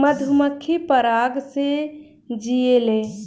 मधुमक्खी पराग से जियेले